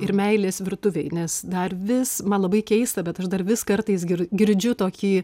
ir meilės virtuvei nes dar vis man labai keista bet aš dar vis kartais girdžiu tokį